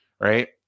right